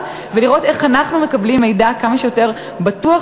ולראות איך אנחנו מקבלים מידע כמה שיותר בטוח,